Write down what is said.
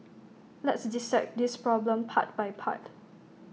let's dissect this problem part by part